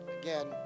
Again